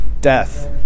Death